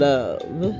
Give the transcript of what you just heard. Love